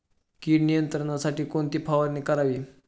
कीड नियंत्रणासाठी कोणती फवारणी करावी?